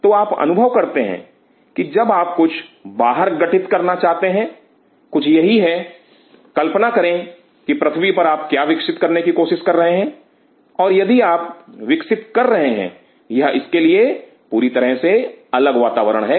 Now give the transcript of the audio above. तो आप अनुभव करते हैं कि जब आप कुछ बाहर गठित करना चाहते हैं कुछ यही है कल्पना करें कि पृथ्वी पर आप विकसित करने की कोशिश कर रहे हैं और यदि आप विकसित कर रहे हैं यह इसके लिए पूरी तरह से अलग वातावरण है